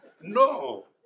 No